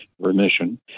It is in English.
remission